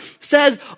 says